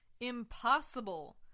Impossible